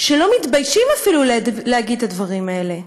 שלא מתביישים אפילו להגיד את הדברים האלה?